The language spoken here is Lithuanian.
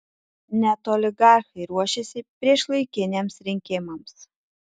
net oligarchai ruošiasi priešlaikiniams rinkimams